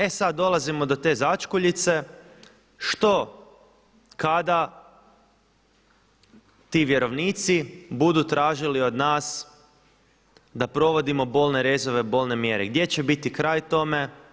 E sad dolazimo do te začkuljice što kada ti vjerovnici budu tražili od nas da provodimo bolne rezove, bolne mjere gdje će biti kraj tome.